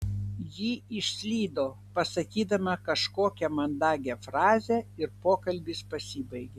ji išslydo pasakydama kažkokią mandagią frazę ir pokalbis pasibaigė